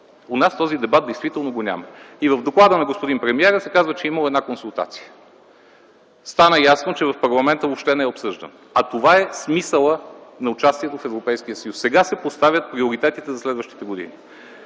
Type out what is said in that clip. У нас този дебат действително го няма. В доклада на господин премиера се казва, че е имало една консултация. Стана ясно, че в парламента въобще не е обсъждан, а това е смисъла на участието в Европейския съюз – сега се поставят приоритетите за следващите години.